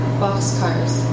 boxcars